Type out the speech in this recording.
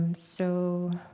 um so